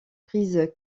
prise